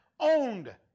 owned